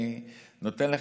אני נותן לך,